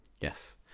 yes